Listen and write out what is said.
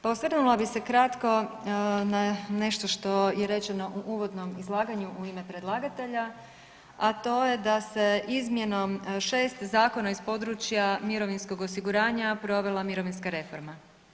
Pa osvrnula bih se kratko na nešto što je rečeno u uvodnom izlaganju u ime predlagatelja, a to je da se izmjenom šest zakona iz područja mirovinskog osiguranja provela mirovinska reforma.